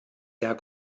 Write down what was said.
der